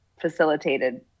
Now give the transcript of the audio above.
facilitated